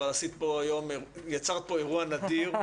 אבל יצרת פה אירוע נדיר,